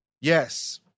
Yes